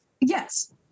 Yes